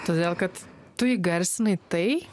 todėl kad tu įgarsinai tai